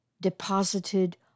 deposited